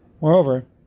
Moreover